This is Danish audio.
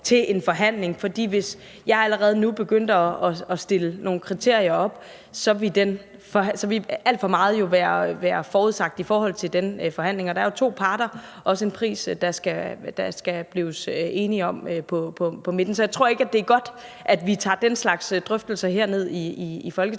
til en forhandling. For hvis jeg allerede nu begyndte at stille nogle kriterier op, så ville alt for meget jo være forudsagt i forhold til den forhandling. Og der er jo to parter, som skal blive enige om en pris på midten. Så jeg tror ikke, det er godt, at vi tager den slags drøftelser her ned i Folketingssalen.